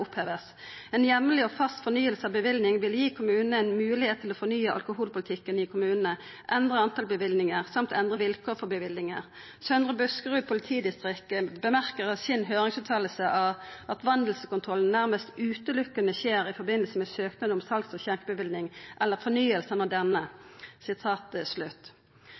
oppheves. En jevnlig og fast fornyelse av bevilling vil gi kommunene en mulighet til å fornye alkoholpolitikken i kommunene, endre antall bevillinger, samt endre vilkår for bevillinger. Søndre Buskerud politidistrikt bemerker i sin høringsuttalelse at vandelskontrollen nærmest utelukkende skjer i forbindelse med søknad om salgs- eller skjenkebevilling, eller fornyelse av denne.»